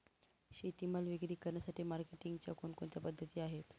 शेतीमाल विक्री करण्यासाठी मार्केटिंगच्या कोणकोणत्या पद्धती आहेत?